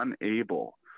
unable